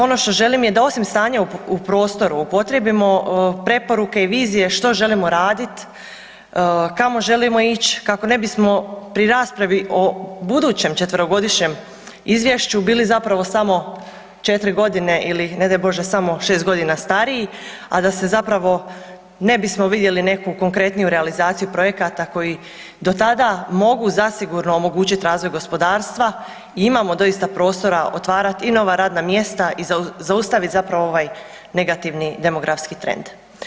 Ono što želim je da osim stanja u prostoru upotrijebimo preporuke i vizije što želimo raditi, kamo želimo ići kako ne bismo pri raspravi o budućem četverogodišnjem izvješću bili zapravo samo 4 godine ili ne daj Bože samo 6 godina stariji, a da se zapravo ne bismo vidjeli neku konkretniju realizaciju projekata koji do tada mogu zasigurno omogućiti razvoj gospodarstva i imamo doista prostora otvarati i nova radna mjesta i zaustaviti zapravo ovaj negativni demografski trend.